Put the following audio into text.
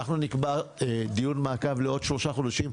נקבע דיון מעקב לעוד שלושה חודשים.